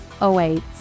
awaits